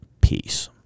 Peace